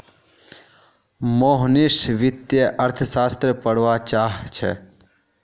मोहनीश वित्तीय अर्थशास्त्र पढ़वा चाह छ